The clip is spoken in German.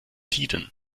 tiden